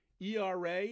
ERA